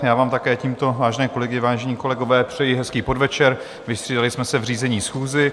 Já vám také tímto, vážené kolegyně, vážení kolegové, přeji hezký podvečer, vystřídali jsme se v řízení schůze.